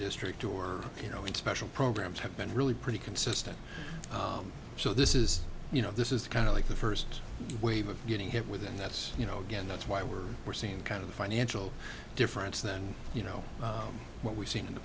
district or you know in special programs have been really pretty consistent so this is you know this is kind of like the first wave of getting hit with and that's you know again that's why we're we're seeing kind of a financial difference than you know what we've seen in the